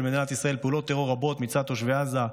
מדינת ישראל פעולות טרור רבות מצד תושבי עזה,